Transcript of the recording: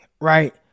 right